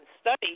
study